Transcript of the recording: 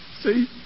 See